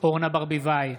אורנה ברביבאי,